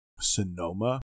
Sonoma